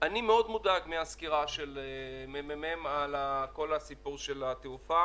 אני מאוד מודאג מהסקירה של מרכז המחקר והמידע על כל סיפור התעופה.